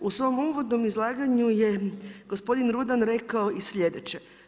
U svome uvodnom izlaganju je gospodin Rudan rekao i slijedeće.